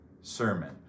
sermon